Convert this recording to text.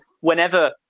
whenever